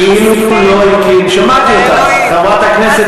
אילו לא הקים, שמעתי אותך, חברת הכנסת